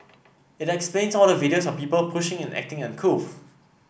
it explains all the videos of people pushing and acting uncouth